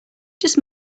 just